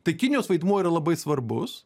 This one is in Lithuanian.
tai kinijos vaidmuo yra labai svarbus